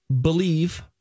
believe